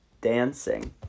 dancing